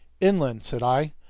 inland, said i,